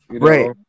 Right